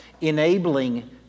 enabling